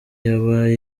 yaba